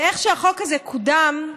ואיך שהחוק הזה קודם,